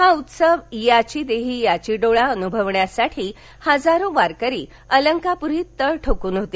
हा उत्सव याची देही याची डोळा अनुभवण्यासाठी हजारो वारकरी अलंकापुरीत तळ ठोकून होते